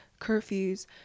curfews